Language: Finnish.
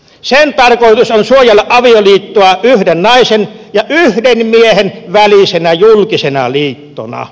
sen tarkoitus on suojella avioliittoa yhden naisen ja yhden miehen välisenä julkisena liittona